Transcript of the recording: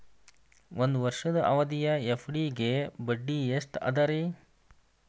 ಒಂದ್ ವರ್ಷದ ಅವಧಿಯ ಎಫ್.ಡಿ ಗೆ ಬಡ್ಡಿ ಎಷ್ಟ ಅದ ರೇ?